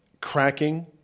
cracking